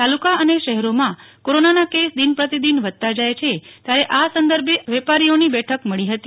તાલુકા અને શહેરોમાં કોરોનાના કેસ દિન પ્રતિદિન વધતા જાય છે ત્યારે આ સંદર્ભે વેપારીઓની બેઠક મળી હતી